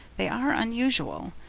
they are unusual.